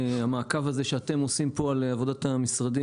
המעקב שאתם עושים פה על עבודת המשרדים